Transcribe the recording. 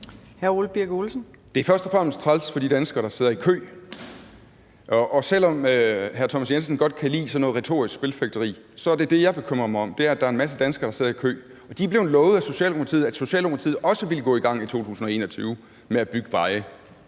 er først og fremmest træls for de danskere, der sidder i kø. Og selv om hr. Thomas Jensen godt kan lide sådan noget retorisk spilfægteri, er det, jeg bekymrer mig om, at der er en masse danskere, der sidder i kø. De er blevet lovet af Socialdemokratiet, at Socialdemokratiet også ville gå i gang i 2021 med at bygge veje.